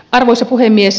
arvoisa puhemies